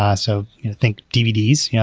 ah so think dvds. yeah